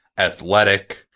athletic